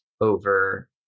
over